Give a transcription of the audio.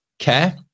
care